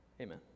Amen